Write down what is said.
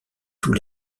tous